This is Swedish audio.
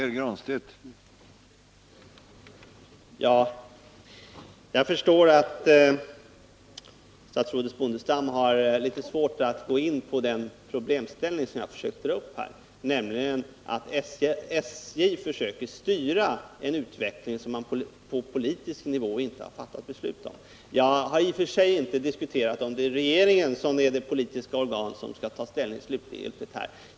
Herr talman! Jag förstår att statsrådet Bondestam har litet svårt att gå in på den problemställning som jag försökt dra upp, nämligen att SJ försöker styra en utveckling som man på politisk nivå inte fattat beslut om. Jag har i och för sig inte diskuterat om det är regeringen som är det politiska organ som skall ta ställning slutgiltigt här.